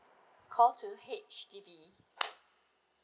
call two H_D_B